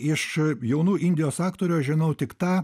iš jaunų indijos aktorių aš žinau tik tą